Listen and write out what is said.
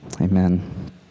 Amen